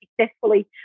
successfully